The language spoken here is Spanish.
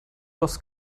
los